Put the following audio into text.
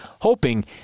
hoping